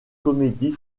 comédie